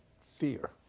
fear